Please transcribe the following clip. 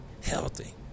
healthy